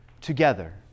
together